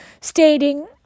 stating